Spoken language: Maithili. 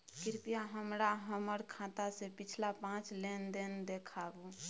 कृपया हमरा हमर खाता से पिछला पांच लेन देन देखाबु